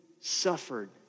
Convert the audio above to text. suffered